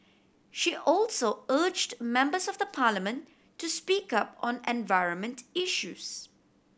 she also urged members of the Parliament to speak up on environment issues